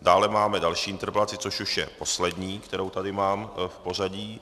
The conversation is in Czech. Dále máme další interpelaci, což už je poslední, kterou tady mám v pořadí.